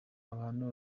abantu